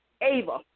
Ava